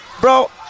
bro